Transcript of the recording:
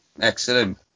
Excellent